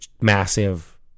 massive